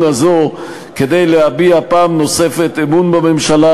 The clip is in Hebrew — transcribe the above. הזאת כדי להביע פעם נוספת אמון בממשלה,